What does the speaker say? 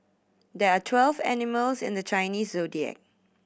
there are twelve animals in the Chinese Zodiac